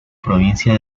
provincia